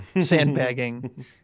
sandbagging